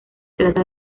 trata